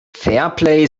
fairplay